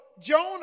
Jonah